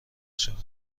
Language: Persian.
شود